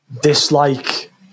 dislike